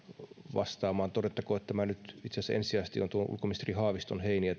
vastaamaan todettakoon että tämä kokonaisuus nyt itse asiassa ensisijaisesti on ulkoministeri haaviston heiniä